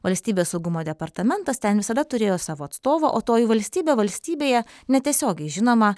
valstybės saugumo departamentas ten visada turėjo savo atstovą o toji valstybė valstybėje netiesiogiai žinoma